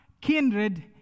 kindred